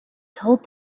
told